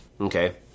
Okay